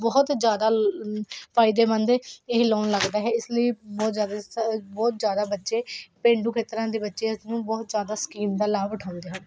ਬਹੁਤ ਜ਼ਿਆਦਾ ਫਾਇਦੇਮੰਦ ਇਹ ਲੋਨ ਲੱਗਦਾ ਹੈ ਇਸ ਲਈ ਬਹੁਤ ਜ਼ਿਆਦਾ ਬਹੁਤ ਜ਼ਿਆਦਾ ਬੱਚੇ ਪੇਂਡੂ ਖੇਤਰਾਂ ਦੇ ਬੱਚੇ ਨੂੰ ਬਹੁਤ ਜ਼ਿਆਦਾ ਸਕੀਮ ਦਾ ਲਾਭ ਉਠਾਉਂਦੇ ਹਨ